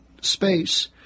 space